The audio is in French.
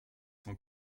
son